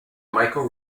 michael